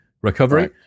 recovery